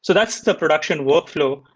so that's the production workflow.